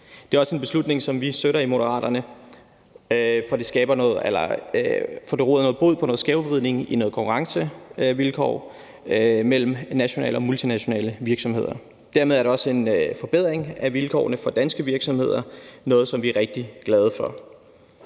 Det er også en beslutning, som vi støtter i Moderaterne, for det råder bod på noget skævvridning i konkurrencevilkår mellem nationale og multinationale virksomheder. Dermed er det også en forbedring af vilkårene for danske virksomheder, hvilket vi er rigtig glade for.